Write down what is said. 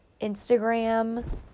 Instagram